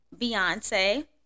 Beyonce